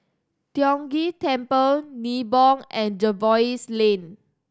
Tiong Ghee Temple Nibong and Jervois Lane